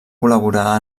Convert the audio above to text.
col·laborar